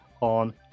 on